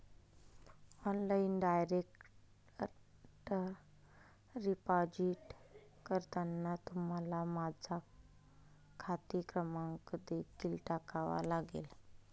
online direct deposit करताना तुम्हाला माझा खाते क्रमांक देखील टाकावा लागेल